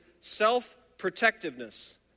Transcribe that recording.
self-protectiveness